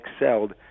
excelled